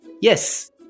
yes